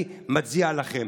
אני מצדיע לכם.